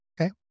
Okay